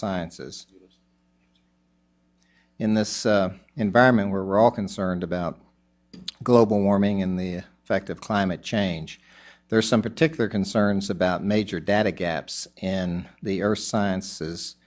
sciences in this environment we're all concerned about global warming and the fact of climate change there are some particular concerns about major data gaps and the earth sciences